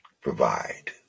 Provide